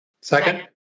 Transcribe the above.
Second